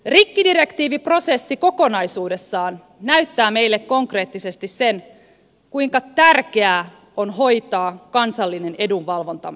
rikkidirektiiviprosessi kokonaisuudessaan näyttää meille konkreettisesti sen kuinka tärkeää on hoitaa kansallinen edunvalvontamme